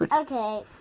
Okay